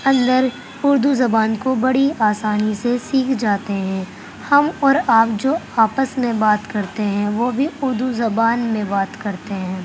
اندر اردو زبان کو بڑی آسانی سے سیکھ جاتے ہیں ہم اور آپ جو آپس میں بات کرتے ہیں وہ بھی اردو زبان میں بات کرتے ہیں